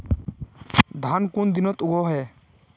धान कुन दिनोत उगैहे